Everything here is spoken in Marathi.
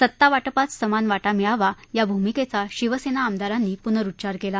सत्तावाटपात समान वाटा मिळावा या भूमिकेचा शिवसेना आमदारांनी पुनरुच्चार केला